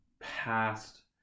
past